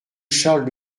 charles